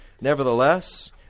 Nevertheless